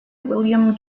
william